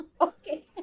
Okay